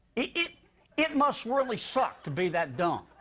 it it must really suck to be that dumb.